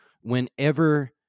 whenever